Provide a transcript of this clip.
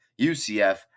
UCF